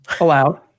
allowed